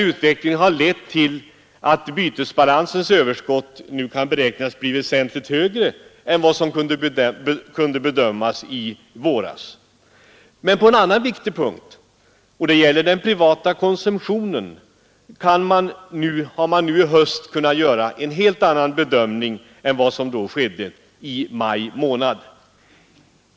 Detta har lett till att bytesbalansens överskott nu beräknas bli väsentligt högre än som kunde bedömas i våras. På en annan viktig punkt, när det gäller den privata konsumtionen, har man nu i höst kunnat göra en helt annan bedömning än den som skedde i maj månad.